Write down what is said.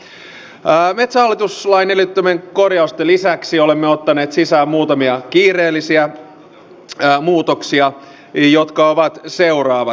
metsähallituslain edellyttämien korjausten lisäksi olemme ottaneet sisään muutamia kiireellisiä muutoksia jotka ovat seuraavat